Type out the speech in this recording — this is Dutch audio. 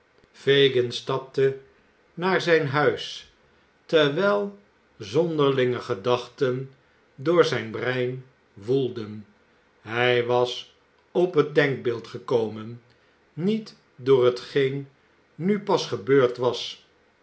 fagin stapte naar zijn huis terwijl zonderlinge gedachten door zijn brein woelden hij was op het denkbeeld gekomen niet door hetgeen nu pas gebeurd was